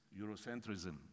Eurocentrism